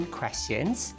questions